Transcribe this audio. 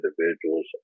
individuals